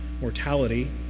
mortality